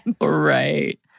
Right